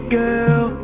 girl